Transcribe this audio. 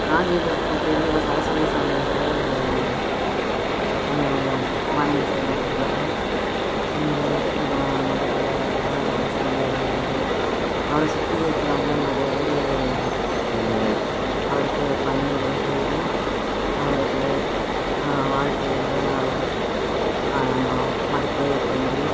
காஞ்சியில் இருக்கும் பெரியவர் சரஸ்வதி சாமிகளை வணங்கி செல்வார்கள் எல்லோரும் இங்கே இருக்கிற ம மத தலைவர்களில் அவர் சிறந்து விளங்குகிறாரு அவரை சுற்றி இருக்கிறவங்க நிறையா பேர் அவருக்கு பணிவிடை செய்து அவர் வீட்டிலே வாழ்க்கையில் அவர் மடத்திலே தங்கி